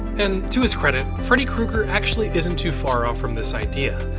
and to his credit, freddy kreuger actually isn't too far off from this idea.